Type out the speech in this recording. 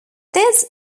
this